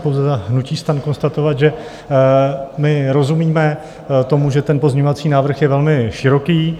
Já chci pouze za hnutí STAN konstatovat, že my rozumíme tomu, že ten pozměňovací návrh je velmi široký.